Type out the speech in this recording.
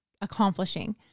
accomplishing